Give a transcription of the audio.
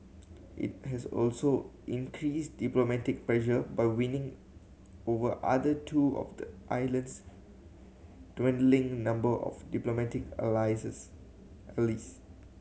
it has also increased diplomatic pressure by winning over other two of the island's dwindling number of diplomatic allies